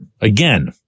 again